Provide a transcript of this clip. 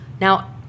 Now